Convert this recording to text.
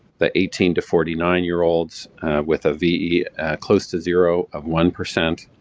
the eighteen to forty nine year olds with a ve close to zero, of one percent,